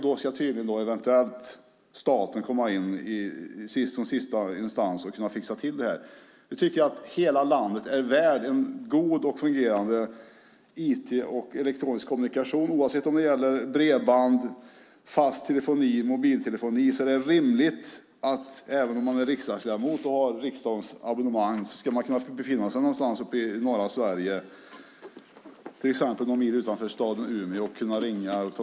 Då ska tydligen eventuellt staten komma in som sista instans och fixa till det. Vi tycker att hela landet är värt god och fungerande IT och elektronisk kommunikation. Oavsett om det gäller bredband, fast telefoni eller mobil telefoni är det rimligt, även för en riksdagsledamot som har riksdagens abonnemang, att man kan ringa och ta emot samtal om man befinner sig någonstans i norra Sverige, till exempel någon mil utanför staden Umeå.